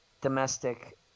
domestic